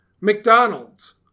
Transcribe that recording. McDonald's